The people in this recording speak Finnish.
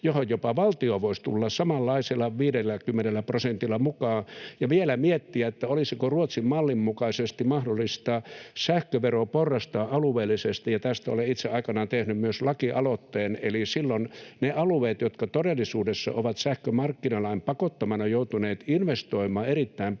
johon jopa valtio voisi tulla samanlaisella 50 prosentilla mukaan, ja voisi vielä miettiä, olisiko Ruotsin-mallin mukaisesti mahdollista sähkövero porrastaa alueellisesti. Tästä olen itse aikanaan tehnyt myös laki-aloitteen, eli silloin niillä alueilla, jotka todellisuudessa ovat sähkömarkkinalain pakottamina joutuneet investoimaan erittäin paljon,